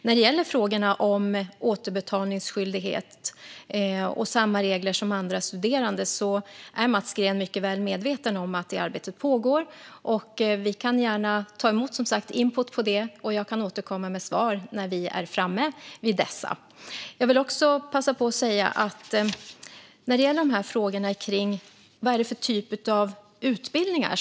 Vad gäller frågorna om återbetalningsskyldighet och samma regler som för andra studerande är Mats Green mycket väl medveten om att detta arbete pågår. Vi tar som sagt gärna emot input, och jag kan återkomma med svar när vi är framme vid dessa. Vad kan det då röra sig om för utbildningar?